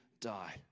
die